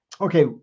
okay